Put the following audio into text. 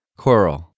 coral